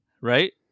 Right